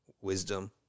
wisdom